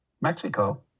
Mexico